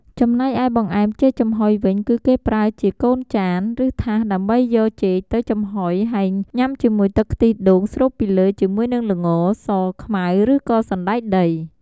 ចំណែកឯបង្អែមចេកចំហុយវិញគឺគេប្រើជាកូនចាន ឬថាសដើម្បីយកចេកទៅចំហុយ ហើយញ៉ាំជាមួយទឹកខ្ទិះដូងស្រូបពីលើជាមួយនឹងល្ង សខ្មៅ ឬក៏សណ្ដែកដី។